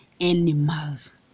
animals